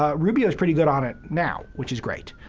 ah rubio's pretty good on it now, which is great.